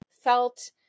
felt